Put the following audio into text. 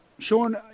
Sean